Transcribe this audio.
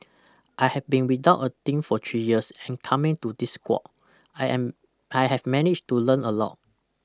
I have been without a team for three years and coming to this squad I am I have managed to learn a lot